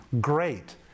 great